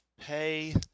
Pay